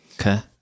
okay